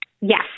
Yes